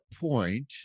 point